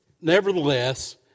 Nevertheless